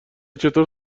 چطور